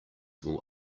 will